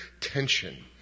tension